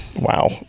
Wow